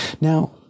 Now